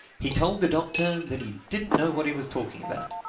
he told the doctor that he didn't know what he was talking about.